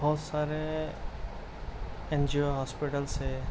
بہت سارے N G O hospitals ہے